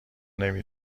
نمی